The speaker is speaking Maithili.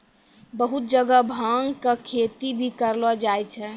बहुत जगह भांग के खेती भी करलो जाय छै